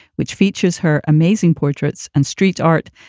which features her amazing portraits and street art,